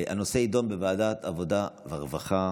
הנושא יידון בוועדת העבודה והרווחה.